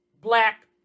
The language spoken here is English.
black